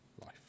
life